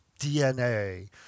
DNA